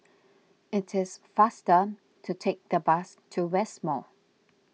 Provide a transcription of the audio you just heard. it is faster to take the bus to West Mall